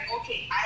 okay